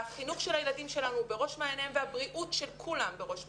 החינוך של הילדים שלנו בראש מעייניהם והבריאות של כולם בראש מעייניהם.